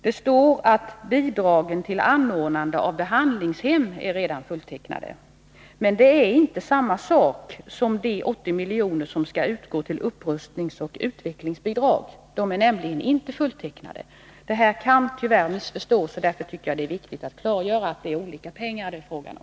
Det står att ”bidrag till anordnande av behandlingshem redan är ”fulltecknade” ”. Men det är inte samma medel som de 80 miljoner som skall utgå till upprustningsoch utvecklingsbidrag. De pengarna är nämligen inte fulltecknade. Detta kan tyvärr missförstås, och därför tycker jag att det är viktigt att klargöra att det är fråga om olika pengar.